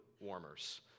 warmers